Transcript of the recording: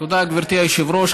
תודה, גברתי היושבת-ראש.